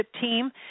team